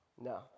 No